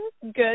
good